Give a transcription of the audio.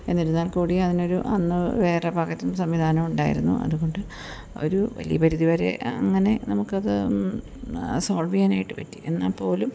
എന്നിരുന്നാൽ കൂടി അതിന് ഒരു അന്ന് വേറെ പാകത്തിനു സംവിധാനമുണ്ടായിരുന്നു അതുകൊണ്ട് ഒരു വലിയ പരിധി വരെ അങ്ങനെ നമുക്ക് അത് സോൾവ്വ് ചെയ്യാനായിട്ട് പറ്റി എന്നാൽ പോലും